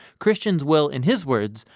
christians will, in his words,